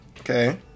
Okay